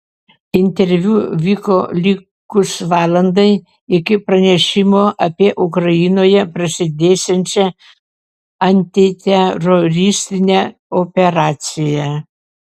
interviu vyko likus valandai iki pranešimo apie ukrainoje prasidėsiančią antiteroristinę operaciją